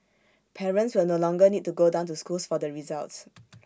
parents will no longer need to go down to schools for the results